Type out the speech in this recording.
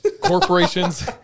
Corporations